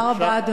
תודה רבה.